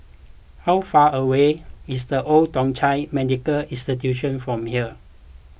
how far away is the Old Thong Chai Medical Institution from here